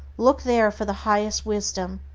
look there for the highest wisdom,